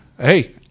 hey